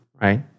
right